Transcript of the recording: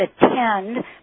attend